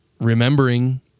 remembering